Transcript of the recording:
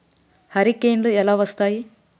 హరికేన్లు ఎలా వస్తాయి?